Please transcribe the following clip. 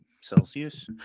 Celsius